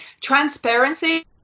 transparency